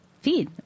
feed